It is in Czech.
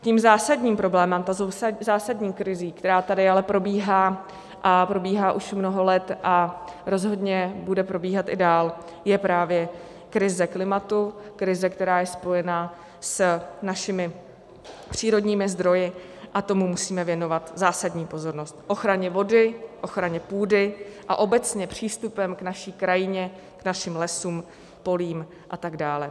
Tím zásadním problémem, zásadní krizí, která tady ale probíhá, a probíhá už mnoho let a rozhodně bude probíhat i dál, je právě krize klimatu, krize, která je spojena s našimi přírodními zdroji, a tomu musíme věnovat zásadní pozornost, ochraně vody, ochraně půdy, a obecně přístupem k naší krajině, k našim lesům, polím atd.